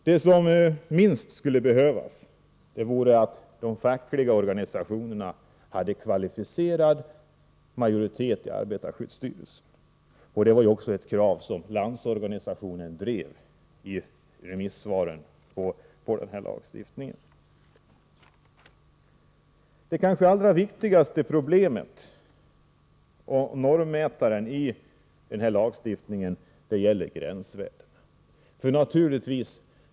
Det skulle minst behövas att de fackliga organisationerna hade kvalificerad majoritet i arbetarskyddsstyrelsen. Det var också ett krav som Landsorganisationen drev i remissvaren när det gällde den här lagstiftningen. Det kanske allra viktigaste problemet och det som är en normmätare i lagstiftningen är gränsvärdena.